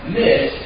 miss